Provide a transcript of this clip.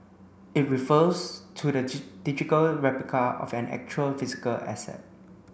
it refers to the digital replica of an actual physical asset